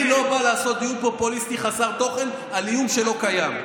ואני לא בא לעשות דיון פופוליסטי חסר תוכן על איום שלא קיים.